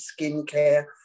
skincare